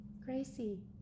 Gracie